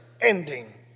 ending